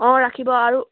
অঁ ৰাখিব আৰু